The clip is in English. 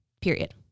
period